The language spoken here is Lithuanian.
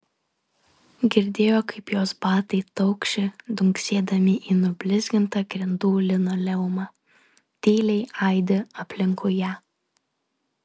girdėjo kaip jos batai taukši dunksėdami į nublizgintą grindų linoleumą tyliai aidi aplinkui ją